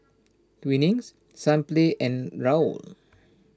Twinings Sunplay and Raoul